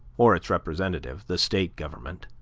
or its representative, the state government,